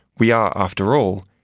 we are, after all,